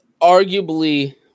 arguably